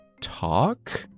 talk